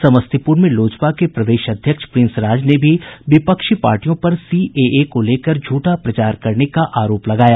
समस्तीपुर में लोजपा के प्रदेश अध्यक्ष प्रिंस राज ने भी विपक्षी पार्टियों पर सीएए को लेकर झूठा प्रचार करने का आरोप लगाया